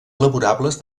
laborables